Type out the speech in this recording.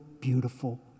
beautiful